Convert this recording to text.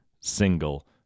single